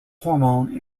hormone